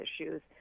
issues